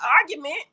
argument